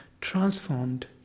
transformed